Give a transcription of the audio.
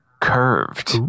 curved